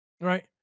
Right